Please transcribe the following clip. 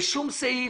בשום סעיף,